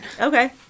okay